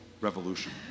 revolution